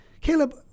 Caleb